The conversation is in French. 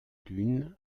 lune